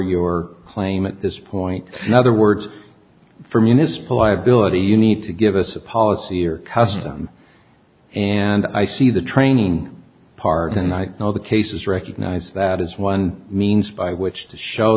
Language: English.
your claim at this point in other words for municipal i've built a you need to give us a policy or custom and i see the training part and i know the cases recognize that is one means by which to show